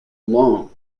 long